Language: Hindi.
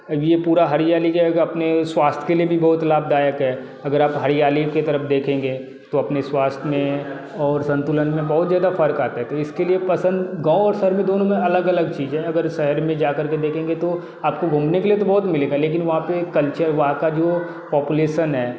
अब ये पूरा हरियाली जो है अपने स्वास्थ्य के लिए भी बहुत लाभदायक है अगर आप हरियाली की तरफ़ देखेंगे तो अपने स्वास्थ्य में और संतुलन में बहुत ज़्यादा फ़र्क़ आता है तो इसके लिए पसंद गाँव और शहर में दोनों में अलग अलग चीज़ है अगर शहर में जा कर के देखेंगे तो आपको घूमने के लिए तो बहुत मिलेगा लेकिन वहाँ पर कल्चर वहाँ का जो पापुलेशन है